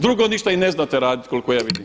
Drugo ništa i ne znate raditi koliko ja vidim.